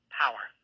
power